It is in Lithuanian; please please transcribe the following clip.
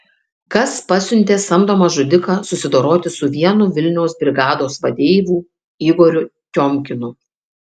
kas pasiuntė samdomą žudiką susidoroti su vienu vilniaus brigados vadeivų igoriu tiomkinu